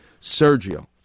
Sergio